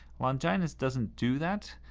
longinus doesn't do that,